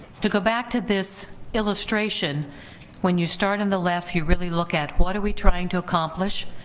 to go back to this illustration when you start on the left you really look at what are we trying to accomplish,